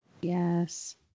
Yes